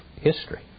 history